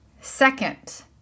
second